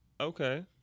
Okay